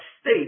state